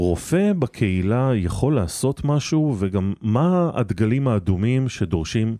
רופא בקהילה יכול לעשות משהו וגם מה הדגלים האדומים שדורשים